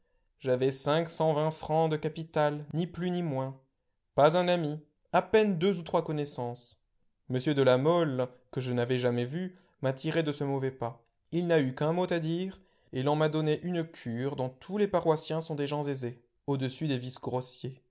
j'avais cinq cent vingt francs de capital ni plus ni moins pas un ami à peine deux ou trois connaissances m de la mole que je n'avais jamais vu m'a tiré de ce mauvais pas il n'a eu qu'un mot à dire et l'on m'a donné une cure dont tous les paroissiens sont des gens aisés au-dessus des vices grossiers